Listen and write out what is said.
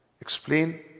explain